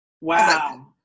Wow